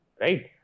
right